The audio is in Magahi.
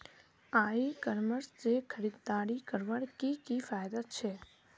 ई कॉमर्स से खरीदारी करवार की की फायदा छे?